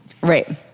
Right